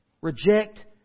Reject